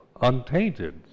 untainted